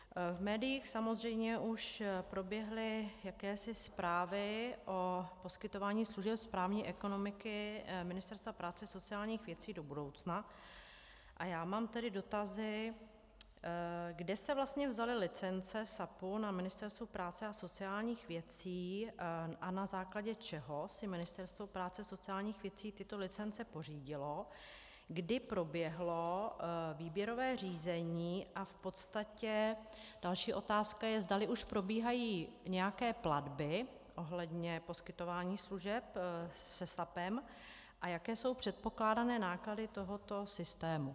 V médiích samozřejmě už proběhly jakési zprávy o poskytování služeb správní ekonomiky Ministerstva práce a sociálních věcí do budoucna, a já mám tedy dotazy, kde se vlastně vzaly licence SAPu na Ministerstvu práce a sociálních věcí a na základě čeho si Ministerstvo práce a sociálních věcí tyto licence pořídilo, kdy proběhlo výběrové řízení, a v podstatě další otázka je, zdali už probíhají nějaké platby ohledně poskytování služeb se SAPem a jaké jsou předpokládané náklady tohoto systému.